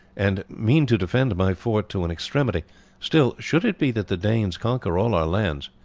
and mean to defend my fort to an extremity still should it be that the danes conquer all our lands,